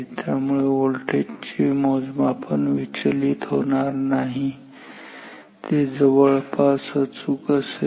त्यामुळे व्होल्टेज चे मोजमापन विचलित होणार नाही ते जवळपास अचूक असेल